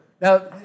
Now